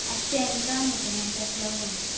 आता तेंतांक न्हूं तें तेंका लागून